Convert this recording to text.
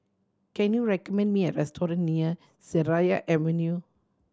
can you recommend me a restaurant near Seraya Avenue